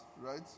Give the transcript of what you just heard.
right